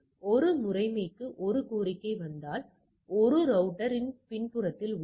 ஒரு முறைமைக்கு ஒரு கோரிக்கை வந்தால் அது ரௌட்டர் இன் பின்புறத்தில் உள்ளது